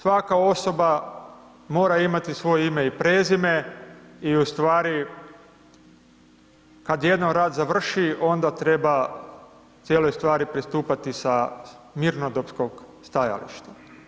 Svaka osoba mora imati svoje ime i prezime i u stvari kad jednom rat završi, onda treba cijeloj stvari pristupati sa mirnodopskog stajališta.